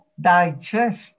digest